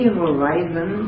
horizon